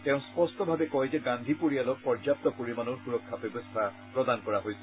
তেওঁ স্পষ্টভাৱে কয় যে গান্ধী পৰিয়ালক পৰ্যাপ্ত পৰিমাণৰ সুৰক্ষা ব্যৱস্থা প্ৰদান কৰা হৈছিল